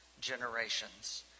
generations